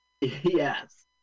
Yes